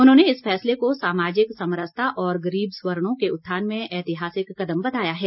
उन्होंने इस फैसले को सामाजिक समरसता और गरीब स्वर्णो के उत्थान में ऐतिहासिक कदम बताया है